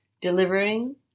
delivering